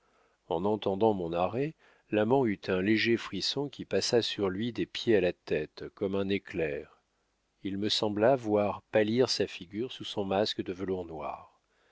en entendant mon arrêt l'amant eut un léger frisson qui passa sur lui des pieds à la tête comme un éclair il me sembla voir pâlir sa figure sous son masque de velours noir